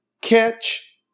catch